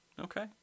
Okay